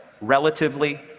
relatively